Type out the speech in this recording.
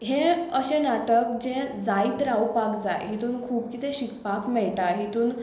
हें अशें नाटक जें जायत रावपाक जाय हितून खूब किदें शिकपाक मेळटा हितून